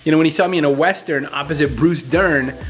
you know when he saw me in a western opposite bruce dern,